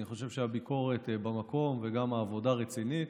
אני חושב שהביקורת במקום וגם העבודה רצינית,